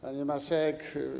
Pani Marszałek!